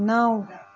نَو